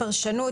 פרשנות.